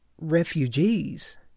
refugees